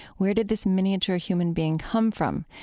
where did this miniature human being come from?